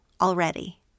already